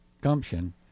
gumption